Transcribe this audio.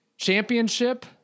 Championship